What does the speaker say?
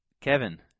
Kevin